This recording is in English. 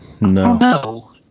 No